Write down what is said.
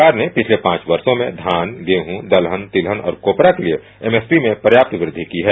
सरकार ने पिछले पांच वर्षो में धान गेंहू दलहन तिलहन और कोपरा के लिए एमएसपी में पर्याप्त वृद्धि की है